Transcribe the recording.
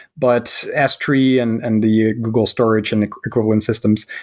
but s three and and the google storage and equivalent systems,